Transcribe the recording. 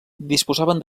disposaven